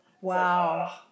Wow